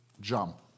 jump